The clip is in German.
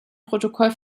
protokoll